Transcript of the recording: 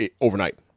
overnight